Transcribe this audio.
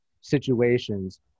situations